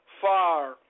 far